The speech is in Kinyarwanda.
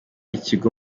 ikigo